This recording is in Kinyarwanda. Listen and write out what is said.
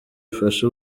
ifashe